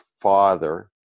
father